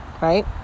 right